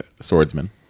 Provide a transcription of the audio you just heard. swordsman